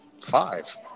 Five